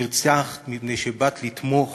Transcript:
נרצחת מפני שבאת לתמוך